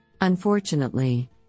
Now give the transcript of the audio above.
Unfortunately